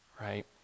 right